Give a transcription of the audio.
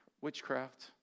witchcraft